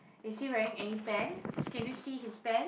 is he wearing any pants can you see his pant